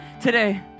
today